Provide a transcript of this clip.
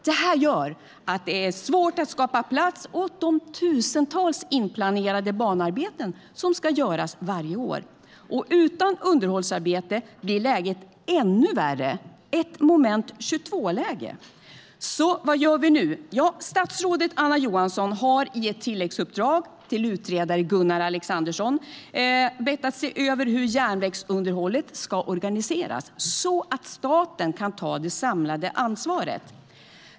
Det gör att det är svårt att skapa plats åt de tusentals inplanerade banarbeten som ska göras varje år. Utan underhållsarbete blir läget ännu värre. Det är ett moment 22-läge. Vad gör vi nu? Statsrådet Anna Johansson har i ett tilläggsuppdrag till utredare Gunnar Alexandersson bett att han ska se över hur järnvägsunderhållet ska organiseras så att staten kan ta det samlade ansvaret.